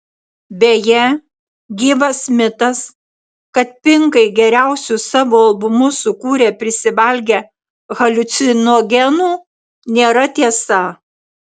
beje gyvas mitas kad pinkai geriausius savo albumus sukūrė prisivalgę haliucinogenų nėra tiesa